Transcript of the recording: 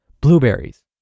blueberries